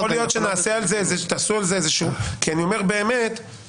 יכול שנעשה או תעשו על זה סתם למשל,